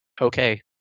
okay